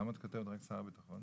למה את כותבת רק שר הביטחון?